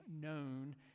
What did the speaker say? known